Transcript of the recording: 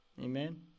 Amen